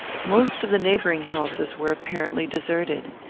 most of the neighbouring houses were apparently deserted.